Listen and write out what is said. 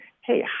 hey